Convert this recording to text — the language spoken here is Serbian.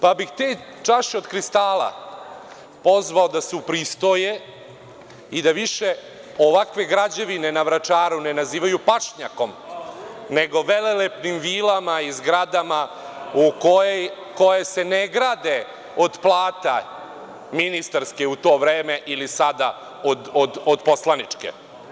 Pa bih te čaše od kristala pozvao da se upristoje i da više ovakve građevine na Vračaru ne nazivaju pašnjakom, nego velelepnim vilama i zgradama koje se ne grade od plata, ministarske u to vreme, ili sada od poslaničke.